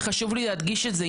וחשוב לי להדגיש את זה,